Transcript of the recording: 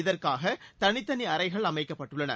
இதற்காக தனித்தனி அறைகள் அமைக்கப்பட்டுள்ளன